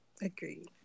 agreed